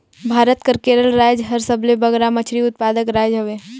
भारत कर केरल राएज हर सबले बगरा मछरी उत्पादक राएज हवे